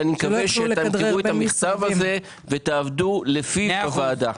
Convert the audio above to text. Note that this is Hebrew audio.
אני מקווה שתקבלו את המכתב הזה ותעבדו לפי הוועדה.